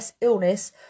illness